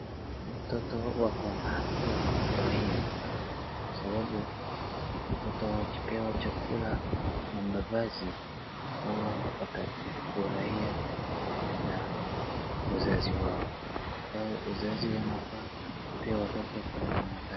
Watoto wako na haki ya kufurahia, kwa sababu watoto wakipewa chakula na mavazi huwa watafurahia na wazazi wao, wazazi wanafaa wapee watoto kenye wanataka.